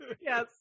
yes